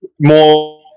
more